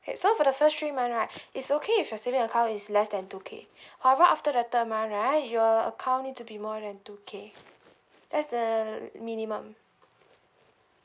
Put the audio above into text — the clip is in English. K so for the first three month right it's okay if your saving account is less than two K however after the third month right your account need to be more than two K that's the minimum